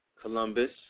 Columbus